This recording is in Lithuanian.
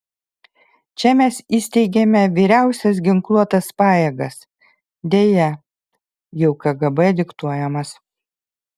čia mes įsteigėme vyriausias ginkluotas pajėgas deja jau kgb diktuojamas